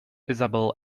isabel